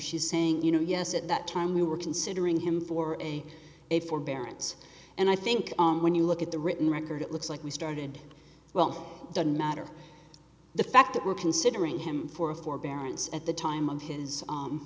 she's saying you know yes at that time we were considering him for a a forbearance and i think when you look at the written record it looks like we started well doesn't matter the fact that we're considering him for a forbearance at the time of his